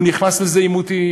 הוא נכנס לעימותים,